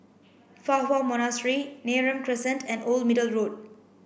Fa Hua Monastery Neram Crescent and Old Middle Road